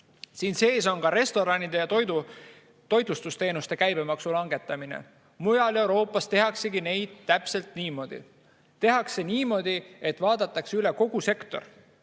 Siin sees on ka restoranide ja toitlustusteenuste käibemaksu langetamine. Mujal Euroopas tehaksegi täpselt niimoodi. Tehakse niimoodi, et vaadatakse üle kogu sektor.